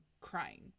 crying